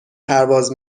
پرواز